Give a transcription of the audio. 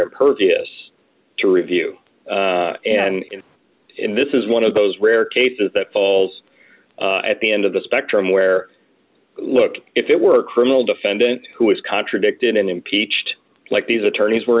impervious to review and in this is one of those rare cases that falls at the end of the spectrum where look if it were criminal defendant who is contradicted and impeached like these attorneys were